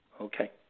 Okay